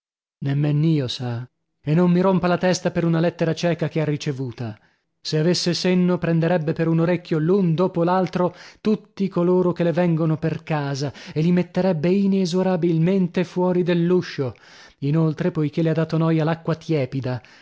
scherzi nemmen io sa e non mi rompa la testa per una lettera cieca che ha ricevuta se avesse senno prenderebbe per un orecchio l'un dopo l'altro tutti coloro che le vengono per casa e li metterebbe inesorabilmente fuori dell'uscio inoltre poichè le ha dato noia l'acqua tiepida